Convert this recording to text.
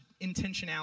intentionality